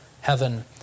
heaven